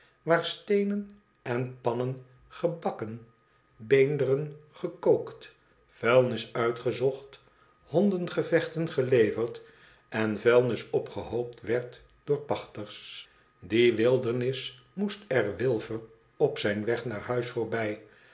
waar steenen en pannen gebakken beenderen gekookt vuilnis uitgezocht hondengevechten geleverd en vuilnis opgehoopt werd door de pachters die wildernis moest r wilfer op zijn weg naar huis voorbij